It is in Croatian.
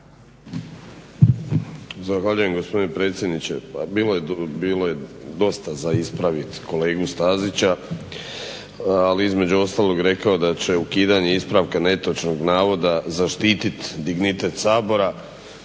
Zahvaljujem gospodine predsjedniče. Bilo je dosta za ispravit kolegu Stazića, ali između ostalog rekao da će ukidanje ispravka netočnog navoda zaštiti dignitet Sabora,